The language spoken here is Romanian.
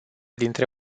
dintre